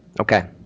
Okay